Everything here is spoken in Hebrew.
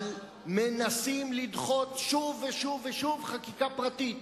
אבל שוב ושוב מנסים לדחות חקיקה פרטית,